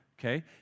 Okay